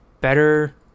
Better